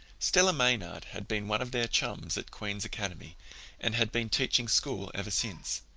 stella maynard had been one of their chums at queen's academy and had been teaching school ever since.